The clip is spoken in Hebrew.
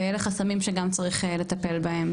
ואלה חסמים שגם צריך לטפל בהם,